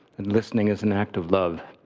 and listening is an act of love.